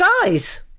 guys